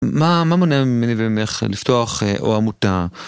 מה מונע ממני וממך לפתוח או עמותה?